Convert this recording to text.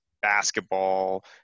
basketball